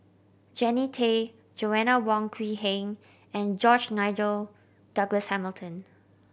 Jannie Tay Joanna Wong Quee Heng and George Nigel Douglas Hamilton